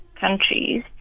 countries